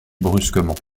brusquement